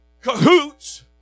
cahoots